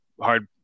hard